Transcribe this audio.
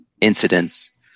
incidents